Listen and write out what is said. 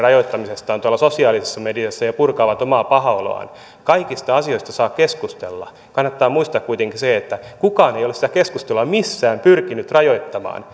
rajoittamisesta tuolla sosiaalisessa mediassa ja purkavat omaa pahaa oloaan kaikista asioista saa keskustella kannattaa muistaa kuitenkin se että kukaan ei ole sitä keskustelua missään pyrkinyt rajoittamaan